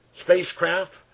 spacecraft